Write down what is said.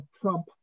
Trump